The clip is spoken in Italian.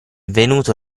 venuto